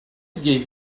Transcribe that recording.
gives